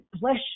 bless